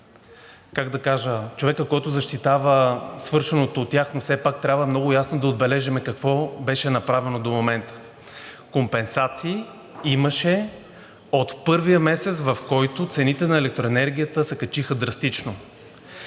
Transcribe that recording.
искам да бъда човекът, който защитава свършеното от тях, но все пак трябва много ясно да отбележим какво беше направено до момента. Компенсации имаше от първия месец, в който цените на електроенергията се качиха драстично.